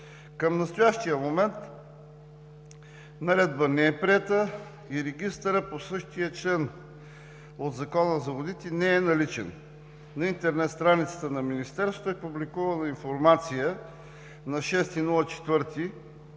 Към настоящия момент наредба не е приета и регистърът по същия член от Закона за водите не е наличен. На интернет страницата на Министерството е публикувана информация на 6